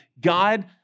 God